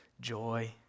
joy